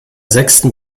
sechsten